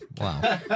wow